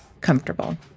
comfortable